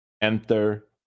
enter